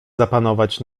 zapanować